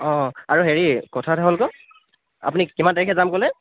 অঁ আৰু হেৰি কথাটো হ'ল আকৌ আপুনি কিমান তাৰিখে যাম ক'লে